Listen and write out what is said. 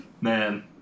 Man